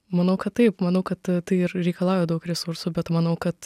manau kad taip manau kad tai ir reikalauja daug resursų bet manau kad